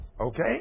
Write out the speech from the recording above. Okay